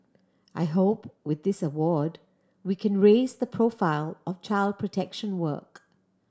I hope with this award we can raise the profile of child protection work